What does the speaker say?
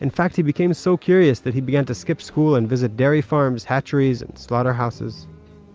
in fact, he became so curious that he began to skip school and visit dairy farms, hatcheries and slaughterhouses